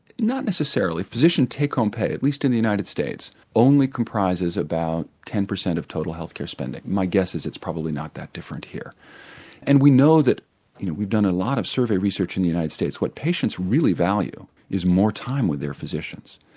not necessarily, physician take home pay at least in the united states only comprises about ten percent of total health care spending. my guess is it's probably not that different here and we know that we've done a lot of survey research in the united states what patients really value is more time with their physicians.